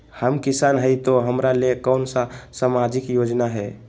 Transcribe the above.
हम किसान हई तो हमरा ले कोन सा सामाजिक योजना है?